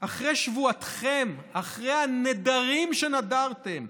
אחרי שבועתכם, אחרי הנדרים שנדרתם,